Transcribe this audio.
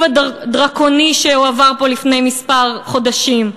הדרקוני שהועבר פה לפני כמה חודשים,